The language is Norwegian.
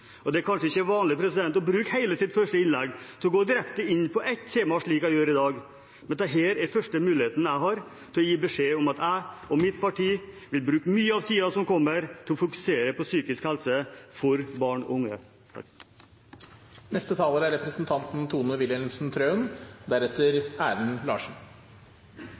Det er kanskje ikke vanlig å bruke hele sitt første innlegg til å gå direkte inn på ett tema, slik jeg gjør i dag, men dette er den første muligheten jeg har til å gi beskjed om at jeg og mitt parti vil bruke mye av tiden som kommer, til å fokusere på psykisk helse for barn og unge.